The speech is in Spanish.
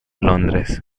londres